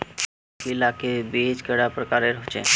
लौकी लौकीर बीज कैडा प्रकारेर होचे?